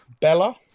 Bella